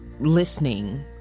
listening